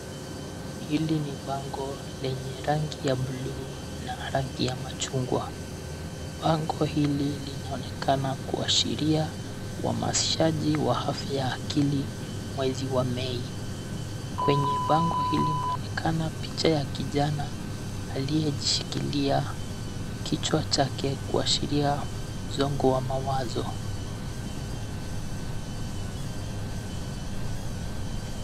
Hili ni bango lenye rangi ya buluu na rangi ya machungwa. Bango hili linaonekana kuashiria uhamasishaji wa afya ya akili mwezi wa Mai. Kwenye bango hili mnaonekana picha ya kijana aliyejishikilia kichwa chake kuashiria mzongo wa mawazo.